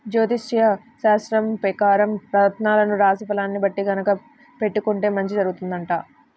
జ్యోతిష్యశాస్త్రం పెకారం రత్నాలను రాశి ఫలాల్ని బట్టి గనక పెట్టుకుంటే మంచి జరుగుతుందంట